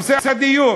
נושא הדיור.